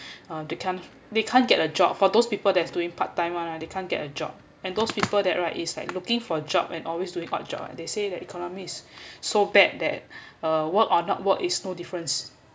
they can't they can't get a job for those people that's doing part time [one] lah they can't get a job and those people that right is like looking for job and always doing all job like they say the economy is so bad that uh work or not work is no difference